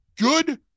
good